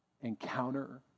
encounter